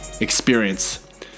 experience